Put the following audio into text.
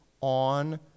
on